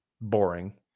boring